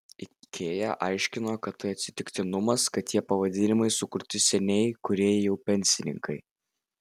ikea aiškino kad tai atsitiktinumas kad tie pavadinimai sukurti seniai kūrėjai jau pensininkai